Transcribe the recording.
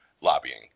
lobbying